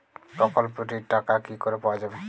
প্রকল্পটি র টাকা কি করে পাওয়া যাবে?